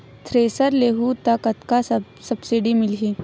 Thresher लेहूं त कतका सब्सिडी मिलही?